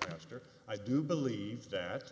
pastor i do believe that